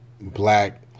black